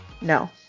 No